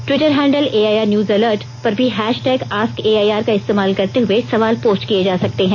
Twitter handle AIR news alert पर भी hashtag ask A I R का इस्तेमाल करते हुए सवाल पोस्ट किए जा सकते हैं